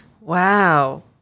Wow